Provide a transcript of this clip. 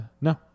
no